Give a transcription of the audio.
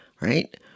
right